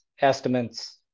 estimates